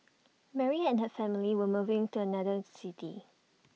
Mary and her family were moving to another city